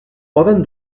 poden